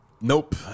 Nope